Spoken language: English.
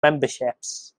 memberships